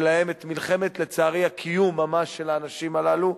שלהם, לצערי את מלחמת הקיום ממש של האנשים הללו,